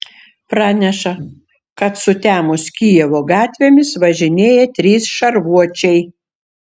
praneša kad sutemus kijevo gatvėmis važinėja trys šarvuočiai